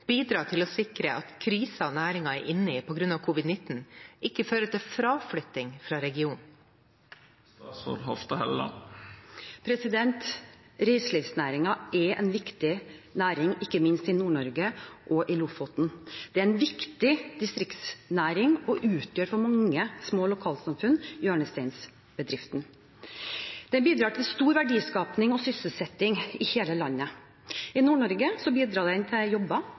bidra til å sikre at krisen næringen er inne i på grunn av covid-19, ikke fører til fraflytting fra regionen?» Reiselivsnæringen er en viktig næring, ikke minst i Nord-Norge og Lofoten. Det er en viktig distriktsnæring og utgjør for mange små lokalsamfunn hjørnesteinsbedriften. Den bidrar til stor verdiskaping og sysselsetting i hele landet. I Nord-Norge bidrar den til